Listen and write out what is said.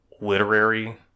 literary